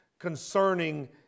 concerning